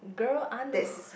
girl I know